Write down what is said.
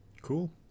Cool